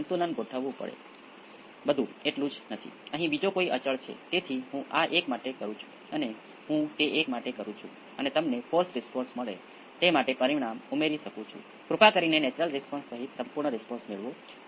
05 છે અને ω n અથવા 5 મેગા રેડિયન પ્રતિ સેકન્ડ અને p 2 19